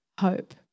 hope